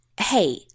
hey